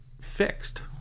fixed